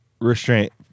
restraint